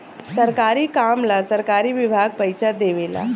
सरकारी काम ला सरकारी विभाग पइसा देवे ला